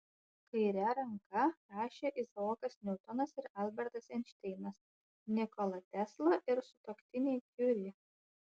kaire ranka rašė izaokas niutonas ir albertas einšteinas nikola tesla ir sutuoktiniai kiuri